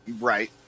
Right